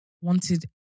wanted